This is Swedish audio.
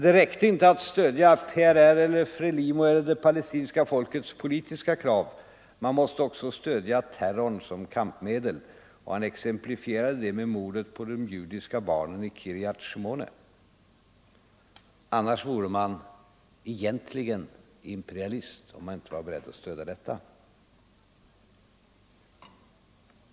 Det räckte inte att stödja PRR eller FRE LIMO eller det palestinska folkets politiska krav - man måste också 167 stödja terrorn som kampmedel, och han exemplifierade det med mordet på de egyptiska barnen i Kiryat Schmone. Om man inte var beredd att stödja detta var man egentligen imperialist.